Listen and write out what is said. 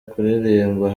kuririmba